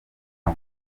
mwe